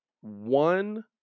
one